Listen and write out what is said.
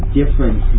different